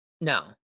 No